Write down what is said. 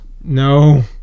No